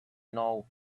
know